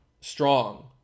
strong